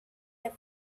the